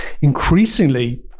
increasingly